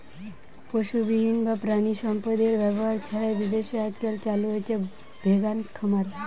পশুবিহীন বা প্রাণিসম্পদএর ব্যবহার ছাড়াই বিদেশে আজকাল চালু হইচে ভেগান খামার